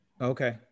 Okay